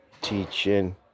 teaching